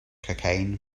cocaine